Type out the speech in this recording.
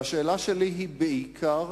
והשאלה שלי היא בעיקר,